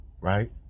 right